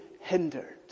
hindered